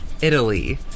Italy